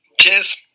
cheers